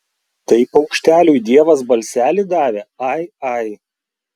tai paukšteliui dievas balselį davė ai ai